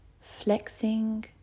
flexing